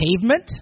pavement